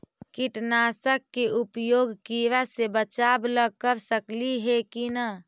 कीटनाशक के उपयोग किड़ा से बचाव ल कर सकली हे की न?